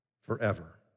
forever